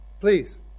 Please